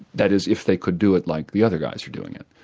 that is if they could do it like the other guys are doing it.